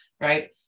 Right